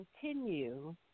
continue